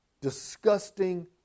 disgusting